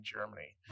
Germany